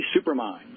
supermind